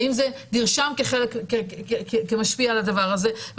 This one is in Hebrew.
האם זה נרשם כמשפיע על הדבר הזה.